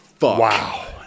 Wow